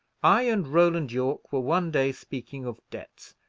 i and roland yorke were one day speaking of debts,